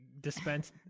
dispense